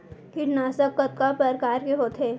कीटनाशक कतका प्रकार के होथे?